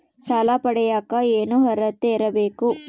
ಸಾಲ ಪಡಿಯಕ ಏನು ಅರ್ಹತೆ ಇರಬೇಕು?